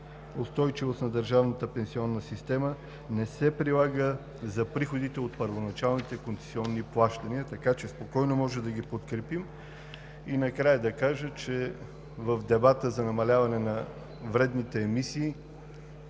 устойчивост на държавната пенсионна система: „Не се прилага за приходите от първоначалните концесионни плащания“, така че спокойно може да ги подкрепим. Накрая да кажа, че в дебата за намаляване на вредните емисии